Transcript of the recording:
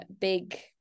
big